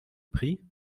pris